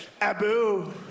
Abu